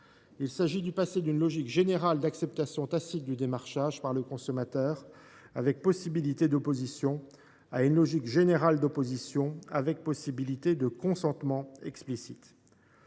Il s’agit de passer d’une logique générale d’acceptation tacite du démarchage par le consommateur avec possibilité d’opposition, à une logique générale d’opposition avec possibilité de consentement explicite.